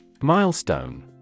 Milestone